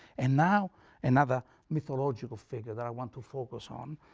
and now another mythological figure that i want to focus on.